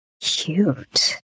Cute